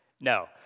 No